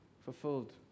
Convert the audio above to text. Fulfilled